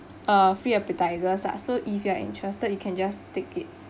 uh free appetizers lah so if you are interested you can just take it